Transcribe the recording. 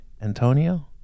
Antonio